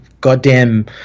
Goddamn